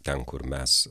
ten kur mes